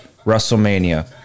WrestleMania